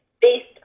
based